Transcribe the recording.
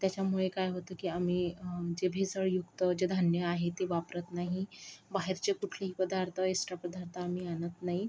त्याच्यामुळे काय होतं की आम्ही म्हणजे भेसळयुक्त जे धान्य आहे ते वापरत नाही बाहेरचे कुठले पदार्थ एक्स्ट्रा पदार्थ आम्ही आणत नाही